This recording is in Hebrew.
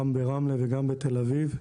גם ברמלה וגם בתל אביב.